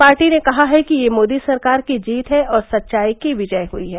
party ने कहा है कि ये मोदी सरकार की जीत है और सच्चाई की विजय हुई है